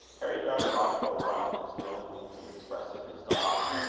harry darted off for a run, as the only means of expressing his delight.